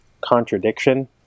contradiction